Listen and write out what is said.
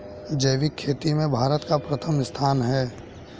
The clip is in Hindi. जैविक खेती में भारत का प्रथम स्थान है